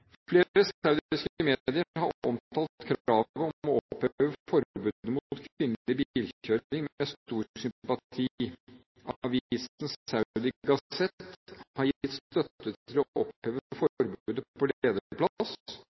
saudiske medier har omtalt kravet om å oppheve forbudet mot kvinnelig bilkjøring med stor sympati. Avisen Saudi Gazette har gitt støtte til å oppheve forbudet på